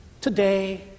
today